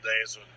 days